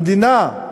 המדינה,